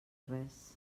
res